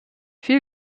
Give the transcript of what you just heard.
viel